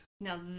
Now